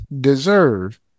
deserve